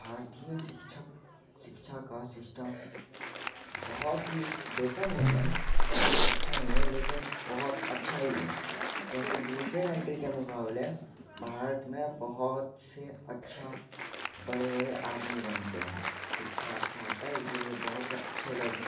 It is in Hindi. भारतीय शिक्षक शिक्षा का सिस्टम बहुत ही बेटर नहीं है बहुत ही अच्छा नहीं है लेकिन बहुत अच्छा ही है क्योंकि दूसरे कंट्री के मुक़ाबले भारत में बहुत से अच्छे बड़े बड़े आदमी बनते हैं शिक्षा अच्छी होती है इसी लिए बहुत से अच्छे लोग